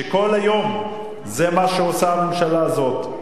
שכל היום זה מה שעושה הממשלה הזאת,